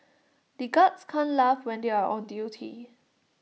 the guards can't laugh when they are on duty